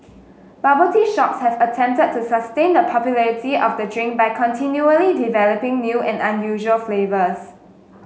bubble tea shops have attempted to sustain the popularity of the drink by continually developing new and unusual flavours